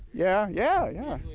yeah yeah yeah,